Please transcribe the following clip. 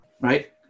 right